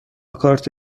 کارت